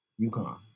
UConn